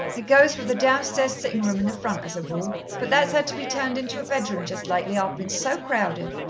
it goes with the downstairs sitting-room in the front, as a rule, but that's ad to be turned into a bedroom just lately. i've been so crowded.